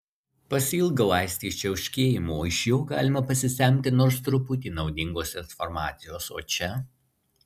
pasiilgau aistės čiauškėjimo iš jo galima pasisemti nors truputį naudingos informacijos o čia